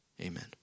amen